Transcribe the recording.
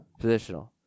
Positional